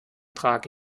trage